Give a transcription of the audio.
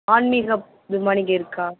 ஆன்மீகம் இதுமாதிரி இங்கே இருக்கா